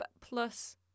plus